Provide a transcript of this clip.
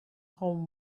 home